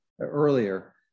earlier